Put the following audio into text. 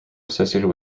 associated